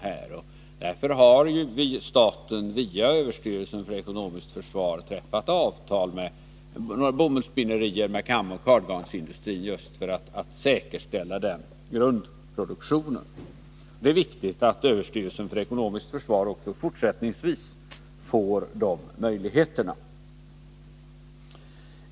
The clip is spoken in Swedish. För att göra det har staten via överstyrelsen för ekonomiskt försvar träffat avtal med bomullsspinnerier och med kamoch kardgarnsindustrin. Det är viktigt att överstyrelsen för ekonomiskt försvar också fortsättningsvis får de möjligheterna.